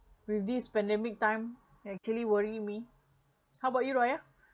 with this pandemic time actually worry me how about you raya